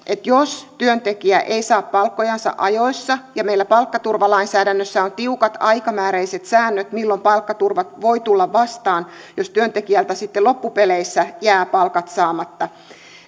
jos työntekijä ei saa palkkojansa ajoissa ja meillä palkkaturvalainsäädännössä on tiukat aikamääräiset säännöt milloin palkkaturva voi tulla vastaan jos työntekijältä sitten loppupeleissä jäävät palkat saamatta